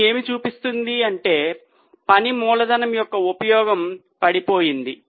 ఇది ఏమి చూపిస్తుంది అంటే పని మూలధనం యొక్క ఉపయోగం పడిపోతోంది